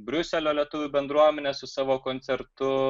briuselio lietuvių bendruomenę su savo koncertu